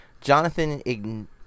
Jonathan